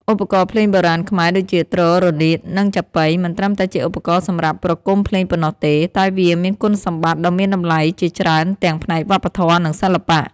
ឧបករណ៍ភ្លេងបុរាណខ្មែរដូចជា ទ្រ រនាត និង ចាប៉ី មិនត្រឹមតែជាឧបករណ៍សម្រាប់ប្រគំភ្លេងប៉ុណ្ណោះទេ តែវាមានគុណសម្បត្តិដ៏មានតម្លៃជាច្រើនទាំងផ្នែកវប្បធម៌ និងសិល្បៈ។